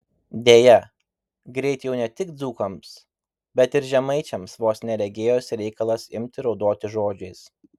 deja greit jau ne tik dzūkams bet ir žemaičiams vos ne regėjosi reikalas imti raudoti žodžiais